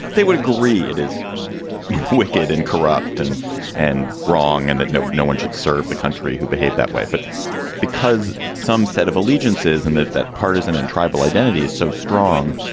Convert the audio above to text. they would agree it is wicked and corrupt and and wrong and that no no one should serve the country who behave that way. but because some set of allegiances and that that partisan and tribal identity is so strong,